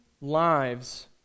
lives